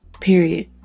Period